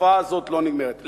התופעה הזו לא נגמרת.